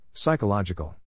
Psychological